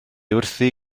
wrthi